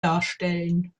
darstellen